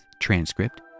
transcript